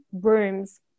rooms